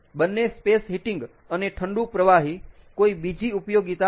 બંને space heating અને ઠંડુ પ્રવાહી કોઈ બીજી ઉપયોગિતા માટે